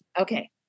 okay